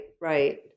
right